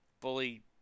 fully